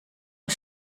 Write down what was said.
een